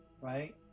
right